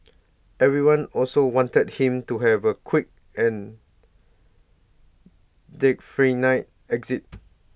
everyone also wanted him to have A quick and exit